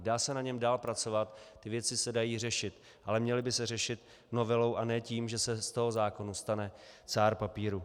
Dá se na něm dál pracovat, věci se dají řešit, ale měly by se řešit novelou, a ne tím, že se z toho zákona stane cár papíru.